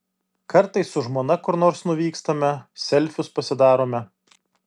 kartais su žmona kur nors nuvykstame selfius pasidarome